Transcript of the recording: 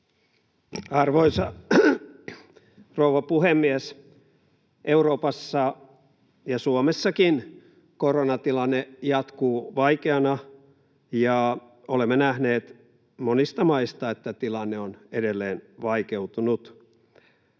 Arvoisa rouva puhemies! Euroopassa ja Suomessakin koronatilanne jatkuu vaikeana, ja olemme nähneet monista maista, että tilanne on edelleen vaikeutunut.